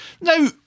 now